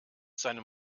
seinem